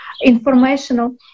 informational